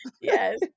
Yes